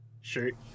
shirt